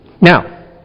Now